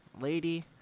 lady